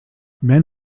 men